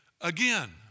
again